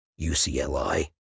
UCLI